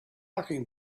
talking